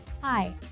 Hi